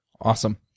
Awesome